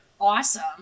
awesome